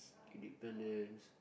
independence